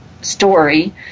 story